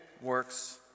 works